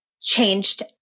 changed